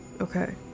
Okay